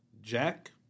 Jack